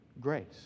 Grace